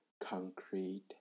concrete